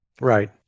Right